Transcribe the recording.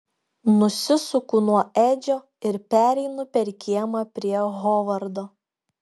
nusisuku nuo edžio ir pereinu per kiemą prie hovardo